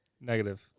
negative